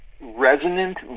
resonant